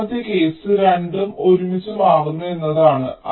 രണ്ടാമത്തെ കേസ് രണ്ടും ഒരുമിച്ച് മാറുന്നു എന്നതാണ്